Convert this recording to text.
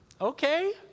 okay